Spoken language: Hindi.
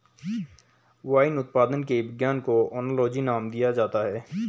वाइन उत्पादन के विज्ञान को ओनोलॉजी नाम दिया जाता है